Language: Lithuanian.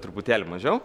truputėlį mažiau